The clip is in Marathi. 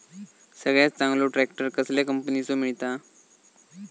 सगळ्यात चांगलो ट्रॅक्टर कसल्या कंपनीचो मिळता?